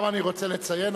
הפעם אני רוצה לציין,